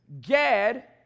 Gad